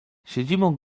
siedzibą